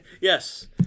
Yes